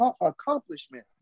accomplishment